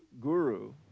guru